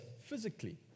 physically